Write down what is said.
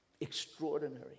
Extraordinary